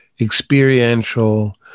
experiential